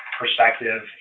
perspective